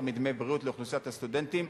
מדמי בריאות לאוכלוסיית הסטודנטים,